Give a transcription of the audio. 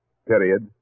Period